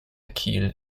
kiel